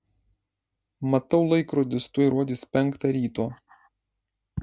matau laikrodis tuoj rodys penktą ryto